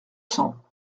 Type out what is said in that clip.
cents